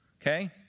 Okay